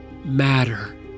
matter